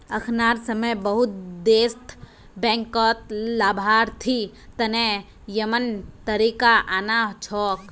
अखनार समय बहुत देशत बैंकत लाभार्थी तने यममन तरीका आना छोक